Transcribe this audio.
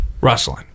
rustling